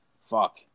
fuck